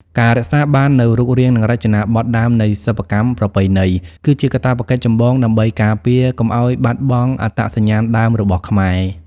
ការរក្សាបាននូវរូបរាង និងរចនាប័ទ្មដើមនៃសិប្បកម្មប្រពៃណី គឺជាកាតព្វកិច្ចចម្បងដើម្បីការពារកុំឱ្យបាត់បង់អត្តសញ្ញាណដើមរបស់ខ្មែរ។